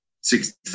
six